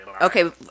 Okay